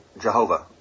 Jehovah